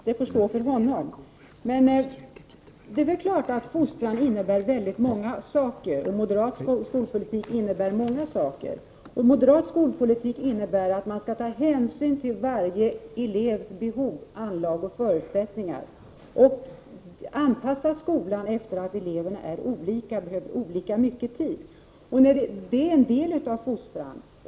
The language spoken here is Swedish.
Herr talman! Det är väl klart att fostran innebär många saker, och så är det även med moderat skolpolitik. Moderat skolpolitik innebär t.ex. att man skall ta hänsyn till varje elevs behov, anlag och förutsättningar och anpassa skolan efter det faktum att eleverna är olika och behöver olika mycket tid. Det är en del av fostran.